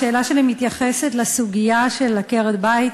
השאלה שלי מתייחסת לסוגיה של עקרת-בית,